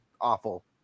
awful